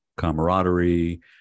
camaraderie